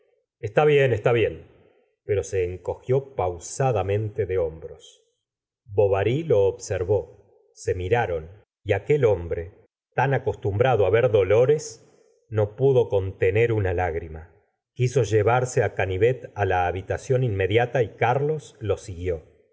está bien está bien pero se encogió pausadamente de hombros bovar r lo observó se miraron y aquel hombre tan acostumbrado á ver dolores no pudo contener una lágrima quiso llevarse á canivet á la habi tación inme diata y carlos los siguió